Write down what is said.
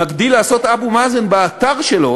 מגדיל לעשות אבו מאזן באתר שלו: